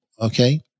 Okay